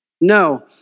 No